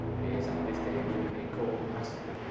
is at this day in germanie, call'd meisen.